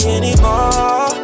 anymore